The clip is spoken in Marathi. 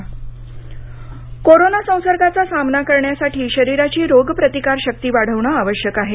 इम्युनिटी क्लिनिक कोरोना संसर्गाचा सामना करण्यासाठी शरीराची रोग प्रतिकार शक्ती वाढवणं आवश्यक आहे